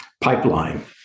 pipeline